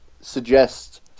suggest